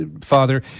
Father